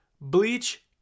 bleach